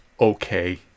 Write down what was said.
okay